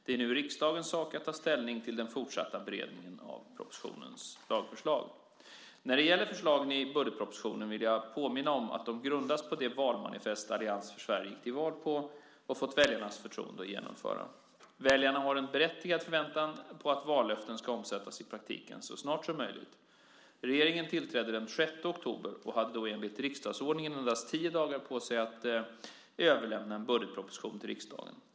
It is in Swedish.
Det är nu riksdagens sak att ta ställning till den fortsatta beredningen av propositionens lagförslag. När det gäller förslagen i budgetpropositionen vill jag påminna om att de grundas på det valmanifest som Allians för Sverige gick till val på och fått väljarnas förtroende att genomföra. Väljarna har en berättigad förväntan på att vallöftena ska omsättas i praktiken så snart som möjligt. Regeringen tillträdde den 6 oktober och hade då enligt riksdagsordningen endast tio dagar på sig att överlämna en budgetproposition till riksdagen.